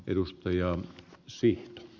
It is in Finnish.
kovin hyvä